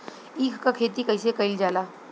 ईख क खेती कइसे कइल जाला?